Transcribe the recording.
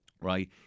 Right